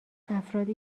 افرادی